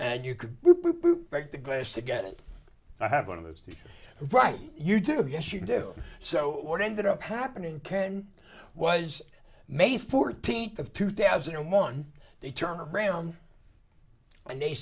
and you could break the glass to get it i have one of those right you do have yes you do so what ended up happening ken was may fourteenth of two thousand and one they turn around and they